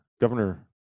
Governor